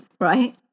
right